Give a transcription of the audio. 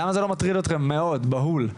למה זה לא מטריד אתכם מאוד, בהול?